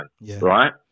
right